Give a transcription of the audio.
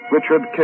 Richard